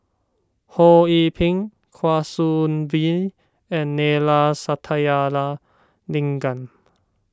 Ho Yee Ping Kwa Soon Bee and Neila Sathyalingam